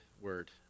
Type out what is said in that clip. word